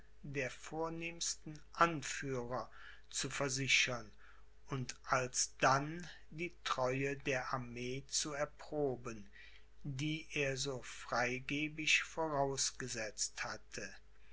der vornehmsten anführer zu versichern und alsdann die treue der armee zu erproben die er so freigebig vorausgesetzt hatte